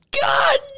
God